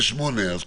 מי נגד?